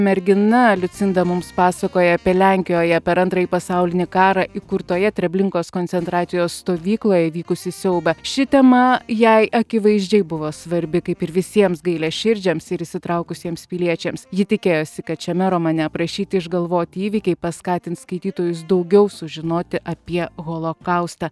mergina liucinda mums pasakoja apie lenkijoje per antrąjį pasaulinį karą įkurtoje treblinkos koncentracijos stovykloje įvykusį siaubą ši tema jai akivaizdžiai buvo svarbi kaip ir visiems gailiaširdžiams ir įsitraukusiems piliečiams ji tikėjosi kad šiame romane aprašyti išgalvoti įvykiai paskatins skaitytojus daugiau sužinoti apie holokaustą